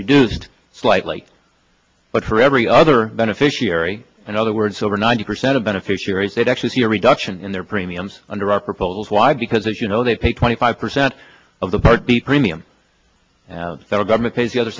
reduced slightly but for every other beneficiary and other words over ninety percent of beneficiaries they'd actually see a reduction in their premiums under our proposals why because as you know they pay twenty five percent of the part b premium federal government pays the other